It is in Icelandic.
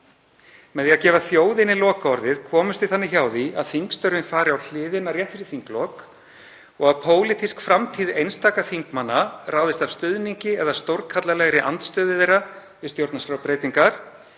Með því að gefa þjóðinni lokaorðið komumst við þannig hjá því að þingstörfin fari á hliðina rétt fyrir þinglok og að pólitísk framtíð einstakra þingmanna ráðist af stuðningi eða stórkarlalegri andstöðu þeirra við stjórnarskrárbreytingar